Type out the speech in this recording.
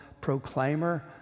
proclaimer